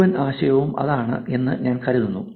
മുഴുവൻ ആശയവും അതാണ് എന്ന് ഞാൻ കരുതുന്നു